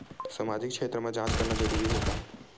सामाजिक क्षेत्र म जांच करना जरूरी हे का?